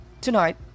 Tonight